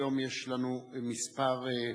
היום יש לנו כמה שאילתות,